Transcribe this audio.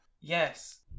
Yes